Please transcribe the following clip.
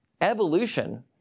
evolution